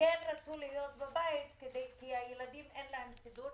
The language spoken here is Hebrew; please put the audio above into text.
רצו להיות בבית כי לילדים לא היה סידור.